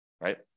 right